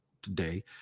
today